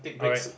alright